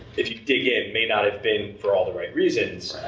if you dig in, may not have been for all the right reasons,